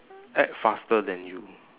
act faster than you